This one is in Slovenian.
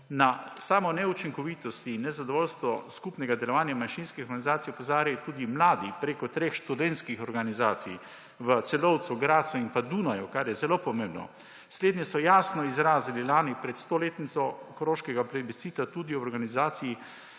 Na samo neučinkovitosti in nezadovoljstvo skupnega delovanja manjšinskih organizacij opozarjajo tudi mladi preko treh študentskih organizacij v Celovcu, Gradcu in pa Dunaju, kar je zelo pomembno. Slednje so jasno izrazili lani pred 100-letnico koroškega plebiscita tudi v organizaciji